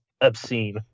obscene